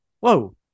Whoa